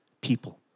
people